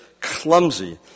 clumsy